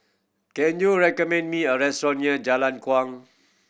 can you recommend me a restaurant near Jalan Kuang